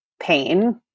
pain